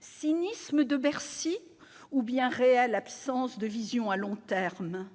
Cynisme de Bercy ou bien réelle absence de vision à long terme ?